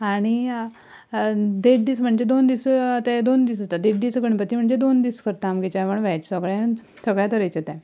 आनी देड दीस म्हणजे दोन दीस ते दोन दीस जाता देड दीस गणपती म्हणजे दोन दीस करता आमगेर जेवण व्हॅज सगळें सगळ्या तरेचें तें